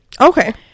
Okay